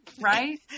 right